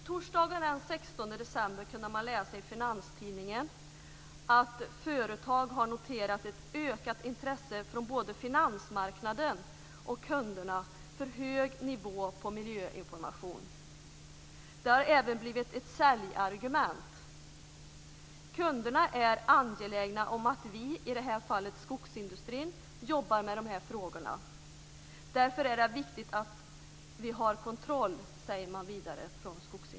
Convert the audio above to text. Torsdagen den 16 december kunde man läsa i Finanstidningen att företag har noterat ett ökat intresse från både finansmarknaden och kunderna för hög nivå på miljöinformation. Det har även blivit ett säljargument. Kunderna är angelägna om att företagen, i det här fallet skogsindustrin, jobbar med de här frågorna. Därför är det viktigt att man har kontroll, säger man vidare.